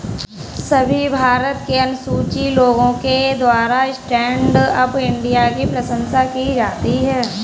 सभी भारत के अनुसूचित लोगों के द्वारा स्टैण्ड अप इंडिया की प्रशंसा की जाती है